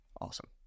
awesome